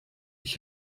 ich